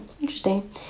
interesting